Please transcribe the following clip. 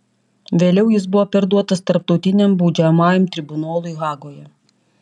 vėliau jis buvo perduotas tarptautiniam baudžiamajam tribunolui hagoje